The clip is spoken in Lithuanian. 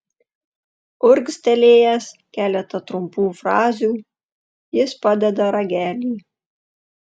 urgztelėjęs keletą trumpų frazių jis padeda ragelį